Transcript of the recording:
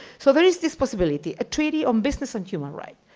so there is this possibility, a treaty on business and human rights.